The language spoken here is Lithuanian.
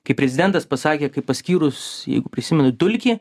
kai prezidentas pasakė kaip paskyrus jeigu prisimenu dulkį